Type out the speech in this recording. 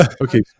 okay